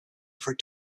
for